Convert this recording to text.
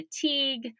fatigue